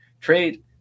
trade